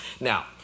Now